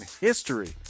history